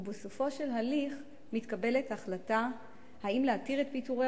ובסופו של ההליך מתקבלת החלטה אם להתיר את פיטורי